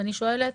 אני שואלת: